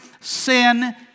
sin